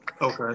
Okay